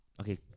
Okay